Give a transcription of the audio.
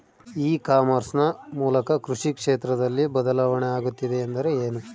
E commerce ನ ಮೂಲಕ ಕೃಷಿ ಕ್ಷೇತ್ರದಲ್ಲಿ ಬದಲಾವಣೆ ಆಗುತ್ತಿದೆ ಎಂದರೆ ಏನು?